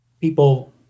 people